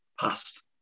past